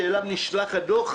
שאליו נשלח הדוח,